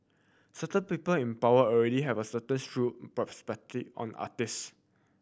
certain people in power already have a certain strew prospectively on artist